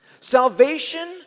Salvation